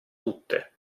tutte